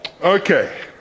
Okay